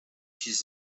his